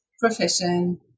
profession